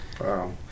Wow